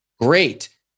Great